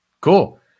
cool